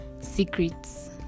secrets